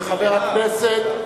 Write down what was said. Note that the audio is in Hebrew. הוא רוצה שהמליאה תהיה מלאה.